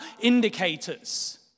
indicators